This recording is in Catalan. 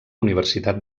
universitat